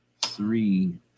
three